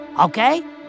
Okay